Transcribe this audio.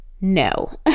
No